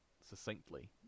succinctly